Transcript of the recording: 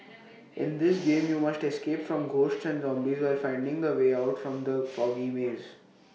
in this game you must escape from ghosts and zombies while finding the way out from the foggy maze